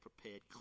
prepared